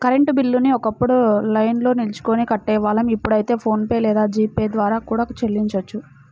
current బిల్లుని ఒకప్పుడు లైన్లో నిల్చొని కట్టేవాళ్ళం ఇప్పుడైతే ఫోన్ పే లేదా జీ పే ద్వారా కూడా చెల్లించొచ్చు